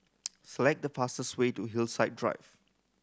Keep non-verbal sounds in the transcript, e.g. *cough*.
*noise* select the fastest way to Hillside Drive